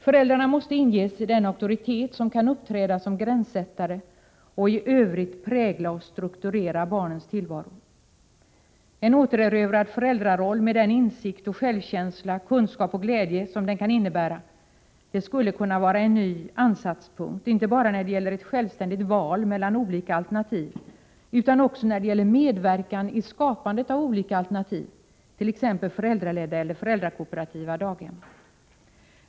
Föräldrarna måste inges den auktoritet som innebär att de kan uppträda som gränssättare och i övrigt prägla och strukturera barnens tillvaro. En återerövrad föräldraroll med den insikt, självkänsla, kunskap och glädje som den kan innebära skulle kunna vara en ny ansatspunkt, inte bara när det gäller ett självständigt val mellan olika alternativ utan också när det gäller medverkan i skapandet av olika alternativ, t.ex. föräldraledda eller föräldrakooperativa daghem.